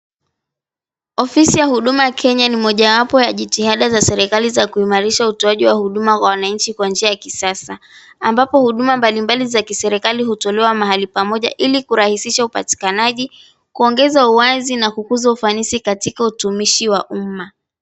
Ofisi ya huduma Kenya ni mmojawapo ya jitihada za serikali za kuimarisha utoaji wa huduma kwa wananchi kwa njia ya kisasa ambapo huduma mbali mbali za kiserikali hutolewa mahali pamoja ili kurahisisha upatikanaji, kuongeza uwazi na kukuza ufanisi katika utumishi wa umma.